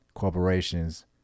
corporations